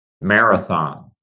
marathon